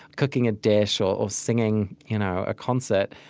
cooking a dish, or singing you know a concert